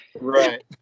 Right